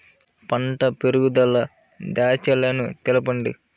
పంట పెరుగుదల దశలను తెలపండి?